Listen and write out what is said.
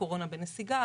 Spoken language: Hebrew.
הקורונה בנסיגה,